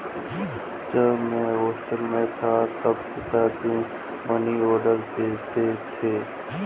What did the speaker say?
जब मैं हॉस्टल में था तो पिताजी मनीऑर्डर भेजा करते थे